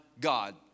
God